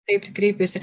taip kreipiasi